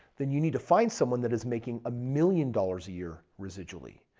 then you need to find someone that is making a million dollars a year residually.